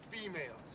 females